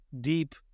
deep